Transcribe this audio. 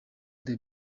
the